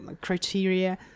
criteria